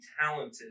talented